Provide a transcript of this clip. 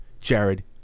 Jared